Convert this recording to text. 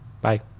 Bye